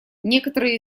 некоторые